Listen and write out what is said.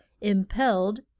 impelled